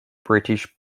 british